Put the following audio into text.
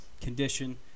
condition